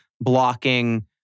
blocking